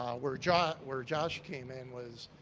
where josh where josh came in was,